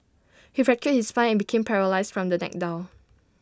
he fractured his spine and became paralysed from the neck down